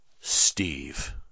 Steve